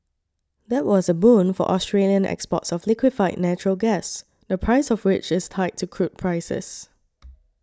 that was a boon for Australian exports of liquefied natural gas the price of which is tied to crude prices